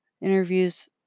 Interviews